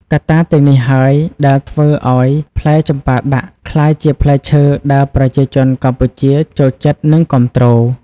កត្តាទាំងនេះហើយដែលធ្វើឱ្យផ្លែចម្ប៉ាដាក់ក្លាយជាផ្លែឈើដែលប្រជាជនកម្ពុជាចូលចិត្តនិងគាំទ្រ។